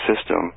system